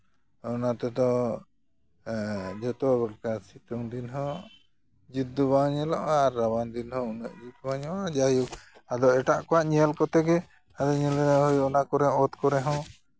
ᱚᱱᱟᱛᱮᱫᱚ ᱡᱚᱛᱚ ᱫᱚᱨᱠᱟᱨ ᱥᱤᱛᱩᱝ ᱫᱤᱱ ᱦᱚᱸ ᱡᱩᱫ ᱫᱚ ᱵᱟᱝ ᱧᱮᱞᱚᱜᱼᱟ ᱟᱨ ᱨᱟᱵᱟᱝ ᱫᱤᱱ ᱦᱚᱸ ᱩᱱᱟᱹᱜ ᱡᱩᱛ ᱫᱚ ᱵᱟᱝ ᱧᱮᱞᱚᱜᱼᱟ ᱡᱟᱭᱦᱳᱠ ᱟᱫᱚ ᱮᱴᱟᱜ ᱠᱚᱣᱟᱜ ᱧᱮᱞ ᱠᱟᱛᱮ ᱜᱮ ᱟᱨᱤᱧ ᱧᱮᱞ ᱮᱫᱟ ᱚᱱᱟ ᱠᱚᱨᱮ ᱚᱛ ᱠᱚᱨᱮ ᱦᱚᱸ